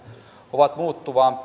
ovat muuttumaan